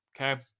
Okay